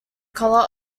collar